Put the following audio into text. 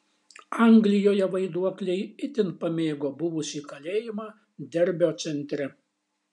anglijoje vaiduokliai itin pamėgo buvusį kalėjimą derbio centre